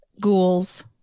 ghouls